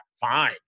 fine